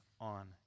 on